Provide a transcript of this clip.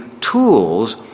tools